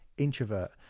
Introvert